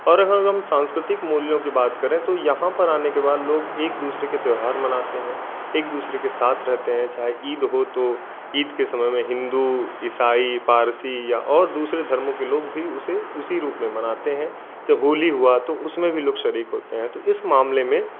और अगर हम सांस्कृतिक मूल्यों की बात करें तो यहाँ पर आने के बाद लोग एक दूसरे के त्योहार मनाते हैं एक दूसरे के साथ रहते हैं चाहे ईद हो तो ईद के समय में हिंदू ईसाई पारसी या और दूसरे धर्मों के लोग भी उसे उसी रूप में मनाते हैं जब होली हुआ तो उसमें भी लोग शरीक होते हैं तो इस मामले में